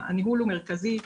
הניהול הוא מרכזי.